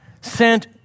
sent